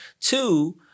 Two